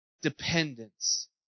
dependence